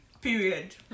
Period